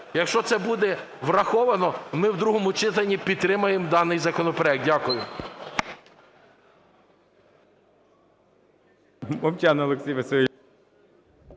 Якщо це буде враховано, ми в другому читанні підтримаємо даний законопроект. Дякую.